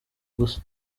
gusa